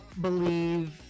believe